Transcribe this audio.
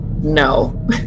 no